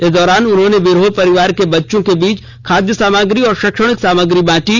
इस दौरान उन्होंने बिरहोर परिवार के बच्चों के बीच खाद्य सामग्री और शैक्षणिक सामग्री बांटी